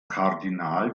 kardinal